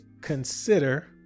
consider